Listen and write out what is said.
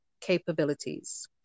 capabilities